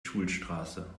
schulstraße